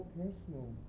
personal